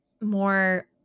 more